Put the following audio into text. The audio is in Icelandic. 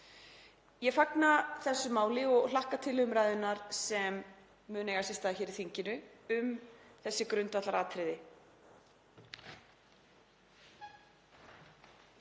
Ég fagna þessu máli og hlakka til umræðunnar sem mun eiga sér stað hér í þinginu um þessi grundvallaratriði.